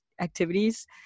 activities